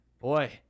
boy